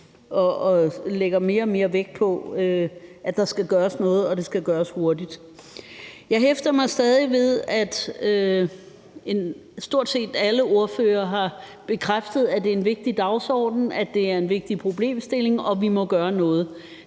lægger mere og mere vægt på, at der skal gøres noget, og at det skal gøres hurtigt. Jeg hæfter mig stadig ved, at stort set alle ordførere har bekræftet, at det er en vigtig dagsorden, at det er en vigtig problemstilling, og at vi må gøre noget.